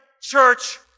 church